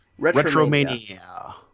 Retromania